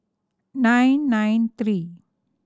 nine nine three